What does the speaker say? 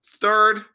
Third